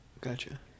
gotcha